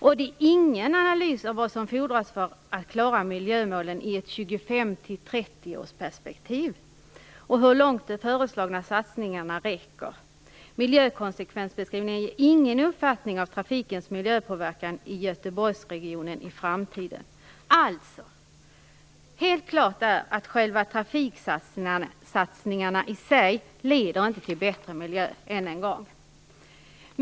Det finns ingen analys av vad som fordras för att klara miljömålen i ett 25-30 års perspektiv och hur långt de föreslagna satsningarna räcker. Miljökonsekvensbeskrivningen ger ingen uppfattning av trafikens miljöpåverkan i Göterborgsregionen i framtiden. Alltså är det helt klart att trafiksatsningarna i sig inte leder till bättre miljö.